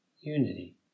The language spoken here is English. unity